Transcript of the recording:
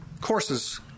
courses